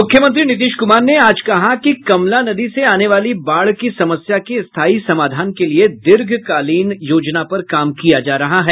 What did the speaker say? मुख्यमंत्री नीतीश कुमार ने आज कहा कि कमला नदी से आने वाली बाढ़ की समस्या के स्थायी समाधान के लिए दीर्घकालीन योजना पर काम किया जा रहा है